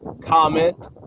comment